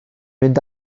mynd